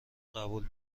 قبول